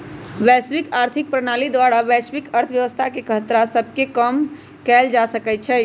वैश्विक आर्थिक प्रणाली द्वारा वैश्विक अर्थव्यवस्था के खतरा सभके कम कएल जा सकइ छइ